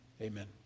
Amen